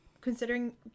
considering